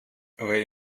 wer